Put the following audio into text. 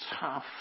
tough